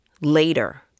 later